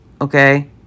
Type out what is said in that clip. okay